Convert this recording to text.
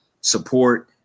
support